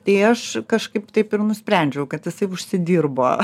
tai aš kažkaip taip ir nusprendžiau kad jisai užsidirbo